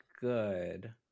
good